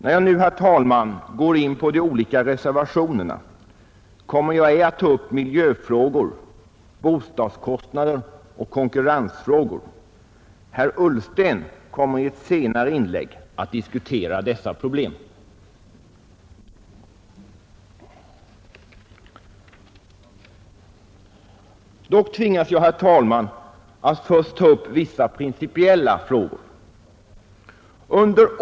När jag nu, herr talman, går in på de olika reservationerna, berör jag ej miljöfrågor, bostadskostnader och konkurrensfrågor. Herr Ullsten kommer i ett senare inlägg att diskutera dessa problem. Dock tvingas jag, herr talman, att först ta upp vissa principiella frågor.